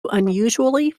unusually